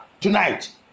tonight